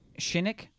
Shinnick